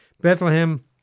Bethlehem